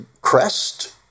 crest